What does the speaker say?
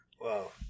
Wow